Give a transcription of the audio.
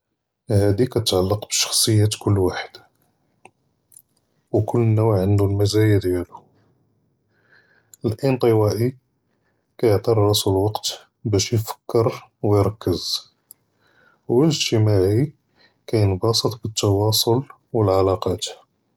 הַאדִי כּתְתַעַלֵּק בִּשְּׁخְصִיַּאת כֻּּל וַחַד וְכֻּל נּוּع עַנְדוּ אֶלְמַזַאיָּא דִּיַאלוּ, אֶלְאִנְטַוַאִי כּיַעְטִי לְרַאסוּ אֶלְוַקְת בַּאש יְפַכֵּר וִיִרַכֵּז, וְאֶלְאִגְתִצָאדִי כּיִנְבַּסְט בֶּתִּוַאסְל וְאֶלְעَلَاقַּאת.